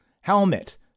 Helmet